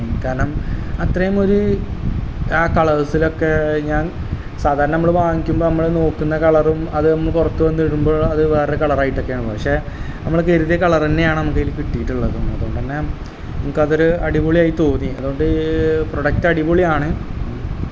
കാരണം അത്രയും ഒരു ആ കളേഴ്സിലൊക്കെ ഞാൻ സാധാരണ നമ്മള് വാങ്ങിക്കുമ്പോള് നമ്മള് നോക്കുന്ന കളറും അത് നമ്മള് പുറത്ത് വന്നിടുമ്പോള് അത് വേറെ കളറായിട്ടൊക്കെയാണല്ലോ പക്ഷേ നമ്മുടെ കരുതിയ കളര് തന്നെയാണ് നമുക്കതില് കിട്ടിയിട്ടുള്ളത് അതുകൊണ്ടുതന്നെ നമുക്കതൊരു അടിപൊളിയായി തോന്നി അതുകൊണ്ട് പ്രൊഡക്റ്റ് അടിപൊളിയാണ്